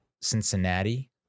Cincinnati